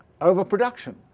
overproduction